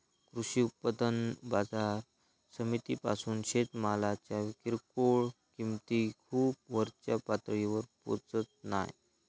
कृषी उत्पन्न बाजार समितीपासून शेतमालाच्या किरकोळ किंमती खूप वरच्या पातळीवर पोचत नाय